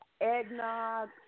eggnog